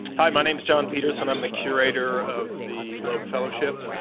hi. my name's john peterson. i'm the curator of the loeb fellowship.